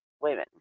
women